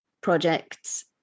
projects